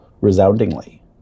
Resoundingly